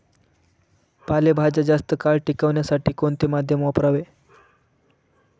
पालेभाज्या जास्त काळ टिकवण्यासाठी कोणते माध्यम वापरावे?